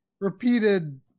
repeated